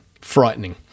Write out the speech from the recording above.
frightening